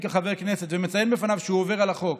כחבר כנסת ומציין בפניו שהוא עובר על החוק